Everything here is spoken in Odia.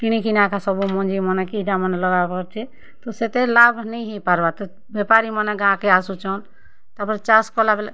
କିଣିକି ନା ଏକା ସବୁ ମଞ୍ଜି ମାନେ କି ଇଟା ମାନେ ଲଗାବାର୍ କେ ତ ସେତେ ଲାଭ୍ ନେଇଁ ହେଇ ପାର୍ବା ତ ବେପାରୀ ମାନେ ଗାଁ କେ ଆସୁଛନ୍ ତା'ପରେ ଚାଷ୍ କଲାବେଲେ